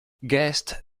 guests